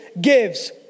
gives